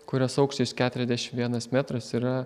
kurios aukštis keturiasdešim vienas metras yra